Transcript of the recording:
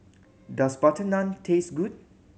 does butter naan taste good